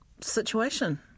situation